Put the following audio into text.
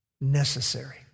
necessary